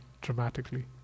dramatically